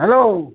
hello